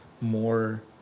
more